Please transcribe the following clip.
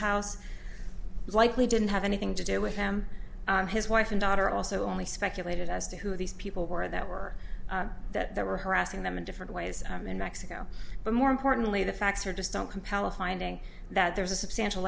house likely didn't have anything to do with him his wife and daughter also only speculated as to who these people were that were that they were harassing them in different ways in mexico but more importantly the facts or just don't compel a finding that there's a substantial